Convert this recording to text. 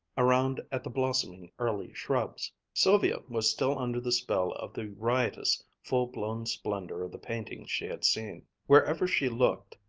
around at the blossoming early shrubs. sylvia was still under the spell of the riotous, full-blown splendor of the paintings she had seen. wherever she looked,